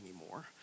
anymore